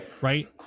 right